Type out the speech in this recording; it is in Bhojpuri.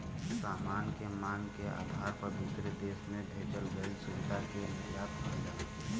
सामान के मांग के आधार पर दूसरे देश में भेजल गइल सुविधा के निर्यात कहल जाला